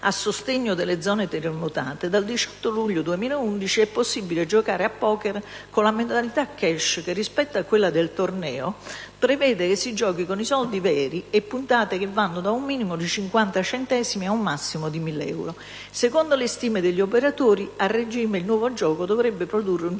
a sostegno delle zone terremotate), dal 18 luglio 2011 è possibile giocare a poker con la modalità *cash* che, rispetto a quella del torneo, prevede che si giochi con soldi veri e puntate che vanno da un minimo di 50 centesimi a un massimo di 1.000 euro. Secondo le stime degli operatori, a regime il nuovo gioco dovrebbe produrre un